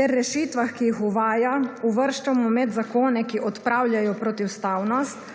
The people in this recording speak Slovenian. ter rešitvah, ki jih uvaja, uvrščamo med zakone, ki odpravljajo protiustavnost,